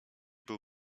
był